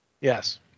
yes